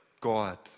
God